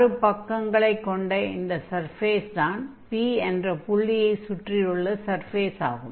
ஆறு பக்கங்களைக் கொண்ட இந்த சர்ஃபேஸ்தான் P என்ற புள்ளியைச் சுற்றியுள்ள சர்ஃபேஸ் ஆகும்